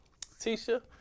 Tisha